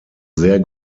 sehr